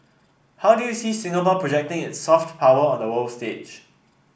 how do you see Singapore projecting its soft power on the world stage